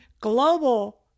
global